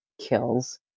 kills